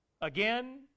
Again